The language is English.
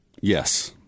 Yes